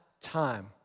time